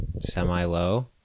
semi-low